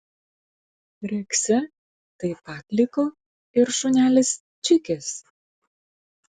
rekse taip pat liko ir šunelis čikis